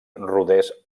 rodés